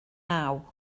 naw